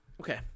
Okay